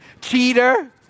cheater